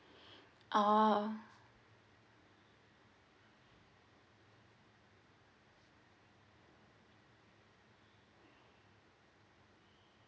ah